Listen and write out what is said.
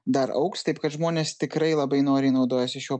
dar augs taip kad žmonės tikrai labai noriai naudojasi šiuo